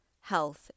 health